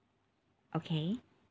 okay